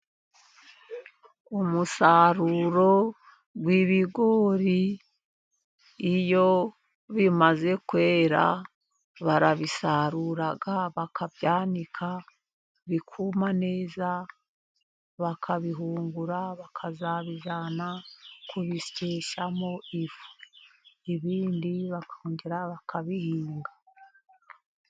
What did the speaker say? Umusaruro w'ibigori iyo bimaze kwera barabisarura bakabyanika bikuma neza bakabihungura bakazabijyana kubisyamo ifu, ibindi bakongera bakabihinga.